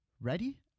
Ready